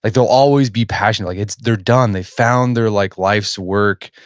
like they'll always be passionate. like it's, they're done. they've found their like life's work,